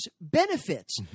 benefits